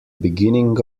beginning